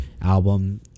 album